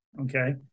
okay